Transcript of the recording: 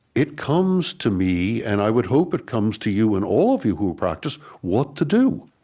it comes to me, and i would hope it comes to you, and all of you who practice, what to do.